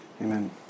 Amen